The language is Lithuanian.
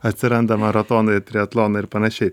atsiranda maratonai triatlonai ir panašiai